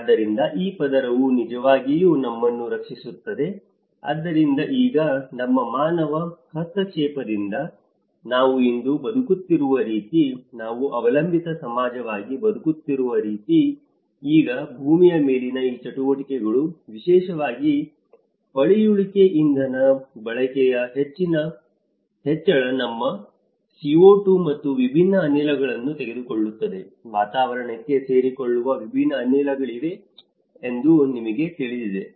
ಆದ್ದರಿಂದ ಈ ಪದರವು ನಿಜವಾಗಿಯೂ ನಮ್ಮನ್ನು ರಕ್ಷಿಸುತ್ತಿದೆ ಆದರೆ ಈಗ ನಮ್ಮ ಮಾನವ ಹಸ್ತಕ್ಷೇಪದಿಂದ ನಾವು ಇಂದು ಬದುಕುತ್ತಿರುವ ರೀತಿ ನಾವು ಅವಲಂಬಿತ ಸಮಾಜವಾಗಿ ಬದುಕುತ್ತಿರುವ ರೀತಿ ಈಗ ಭೂಮಿಯ ಮೇಲಿನ ಈ ಚಟುವಟಿಕೆಗಳು ವಿಶೇಷವಾಗಿ ಪಳೆಯುಳಿಕೆ ಇಂಧನ ಬಳಕೆಯ ಹೆಚ್ಚಳ ನಮ್ಮ CO2 ಮತ್ತು ವಿಭಿನ್ನ ಅನಿಲಗಳನ್ನು ತೆಗೆದುಕೊಳ್ಳುತ್ತದೆ ವಾತಾವರಣಕ್ಕೆ ಸೇರಿಕೊಳುವ ವಿಭಿನ್ನ ಅನಿಲಗಳಿವೆ ಎಂದು ನಿಮಗೆ ತಿಳಿದಿದೆ